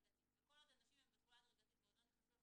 וכל עוד אנשים הם בתחולה הדרגתית ועוד לא נכנסו לך